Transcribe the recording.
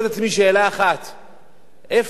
איפה הוא היה בזמן שהוא היה בשירות?